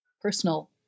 personal